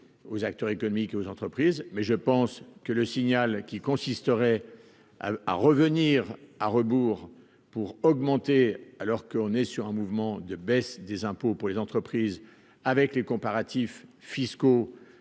aux acteurs économiques et aux entreprises, mais je pense que le signal qui consisterait à revenir à rebours pour augmenter alors qu'on est sur un mouvement de baisse des impôts pour les entreprises avec les comparatifs fiscaux